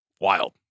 wild